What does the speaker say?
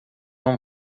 não